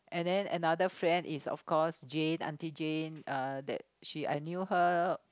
and then another friend is of course Jane Aunty Jane uh that she I knew her